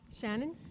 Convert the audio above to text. Shannon